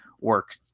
work